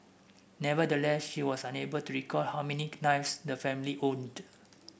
nevertheless she was unable to recall how many knives the family owned